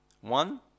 one